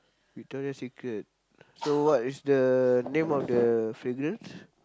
Victoria-Secret so what is the name of the fragrance